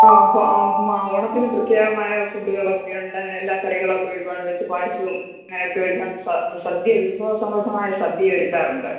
ആ ആ ആ ഓണത്തിന് പ്രത്യേകമായ ഫുഡ്ഡുകളൊക്കെയുണ്ട് എല്ലാ കറികളൊക്കെ ഒരുപാട് വെച്ച് പായസവും അങ്ങനത്തെ ഒരുപാട് സദ്യ വിഭവ സമൃദ്ധമായ സദ്യ ഒരുക്കാറുണ്ട്